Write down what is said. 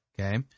Okay